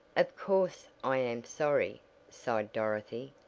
of course i am sorry sighed dorothy,